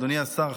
אדוני השר,